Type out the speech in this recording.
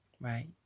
right